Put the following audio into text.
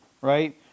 right